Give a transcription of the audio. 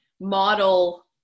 model